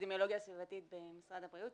מאפידמיולוגיה סביבתית במשרד הבריאות.